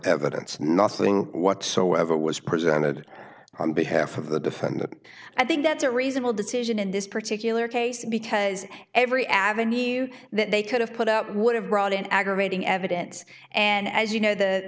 evidence nothing whatsoever was presented on behalf of the defendant i think that's a reasonable decision in this particular case because every avenue you that they could have put up would have brought in aggravating evidence and as you know the